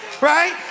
right